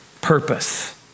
purpose